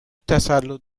تسلط